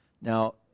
Now